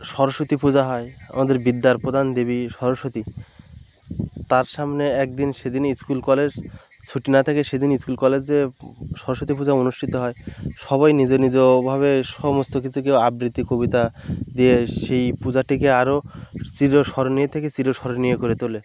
সরস্বতী পূজা হয় আমাদের বিদ্যার প্রধান দেবী সরস্বতী তার সামনে এক দিন সেদিনে স্কুল কলেজ ছুটি না থাকে সেদিন স্কুল কলেজে সরস্বতী পূজা অনুষ্ঠিত হয় সবাই নিজ নিজভাবে সমস্ত কিছু কি আবৃত্তি কবিতা দিয়ে সেই পূজাটিকে আরও চিরস্মরণীয় থেকে চিরস্মরণীয় করে তোলে